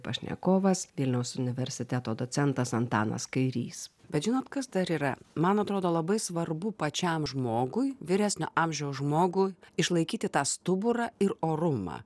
pašnekovas vilniaus universiteto docentas antanas kairys bet žinot kas dar yra man atrodo labai svarbu pačiam žmogui vyresnio amžiaus žmogui išlaikyti tą stuburą ir orumą